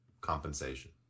compensation